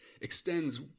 extends